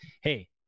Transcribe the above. Hey